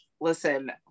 Listen